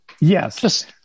Yes